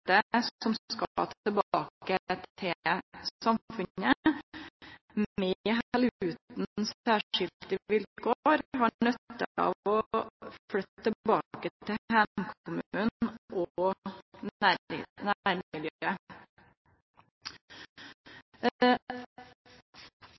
som skal tilbake til samfunnet, med eller utan særskilte vilkår, har nytte av å flytte tilbake til heimkommunen og nærmiljøet.